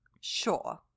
Sure